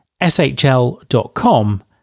shl.com